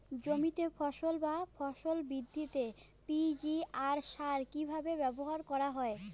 জমিতে ফসল বা ফলন বৃদ্ধিতে পি.জি.আর সার কীভাবে ব্যবহার করা হয়?